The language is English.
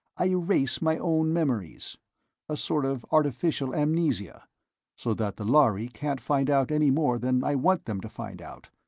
i erase my own memories a sort of artificial amnesia so that the lhari can't find out any more than i want them to find out.